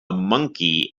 monkey